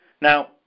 Now